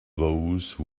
those